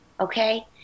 Okay